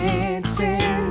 Dancing